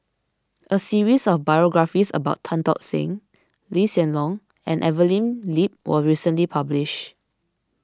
a series of biographies about Tan Tock San Lee Hsien Loong and Evelyn Lip was recently published